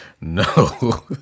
No